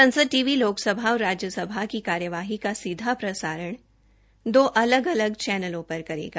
संसद T V Lok Sabha और राज्यसभा की कार्यवाही का सीधा प्रसारण दो अलग अलग चैनलों पर करेगा